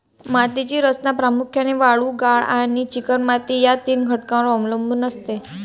मातीची रचना प्रामुख्याने वाळू, गाळ आणि चिकणमाती या तीन घटकांवर अवलंबून असते